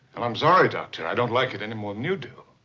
well, i'm sorry, doctor. i don't like it any more than you do.